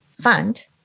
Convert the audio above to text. fund